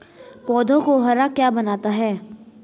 पौधों को हरा क्या बनाता है?